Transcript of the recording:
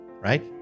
Right